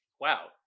Wow